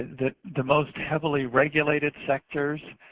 the the most heavily regulated sectors